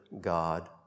God